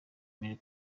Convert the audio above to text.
mille